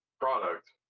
product